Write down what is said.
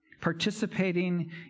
participating